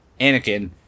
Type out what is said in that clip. Anakin